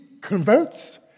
converts